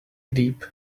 deep